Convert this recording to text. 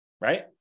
Right